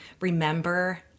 remember